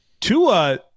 Tua